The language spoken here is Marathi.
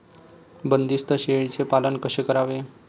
बंदिस्त शेळीचे पालन कसे करावे?